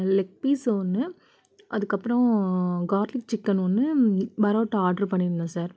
leg piece ஒன்று அதுக்கப்புறம் garlic chicken ஒன்று பரோட்டா ஆர்டர் பண்ணியிருந்தேன் சார்